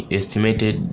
estimated